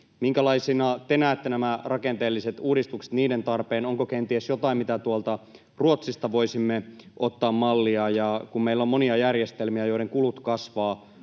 minkälaisina te näette nämä rakenteelliset uudistukset ja niiden tarpeen, onko kenties jotain, mitä tuolta Ruotsista voisimme ottaa mallia? Ja kun meillä on monia järjestelmiä, joiden kulut kasvavat,